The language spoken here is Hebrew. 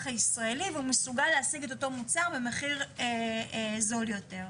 הישראלי והוא מסוגל להשיג את אותו מוצר במחיר זול יותר.